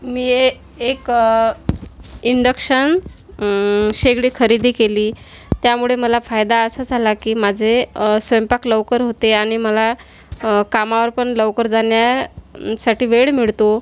मी ए एक इंडक्शन शेगडी खरेदी केली त्यामुळे मला फायदा असा झाला की माझे स्वयंपाक लवकर होते आणि मला कामावर पण लवकर जाण्यासाठी वेळ मिळतो